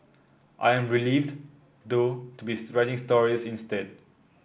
I am relieved though to be writing stories instead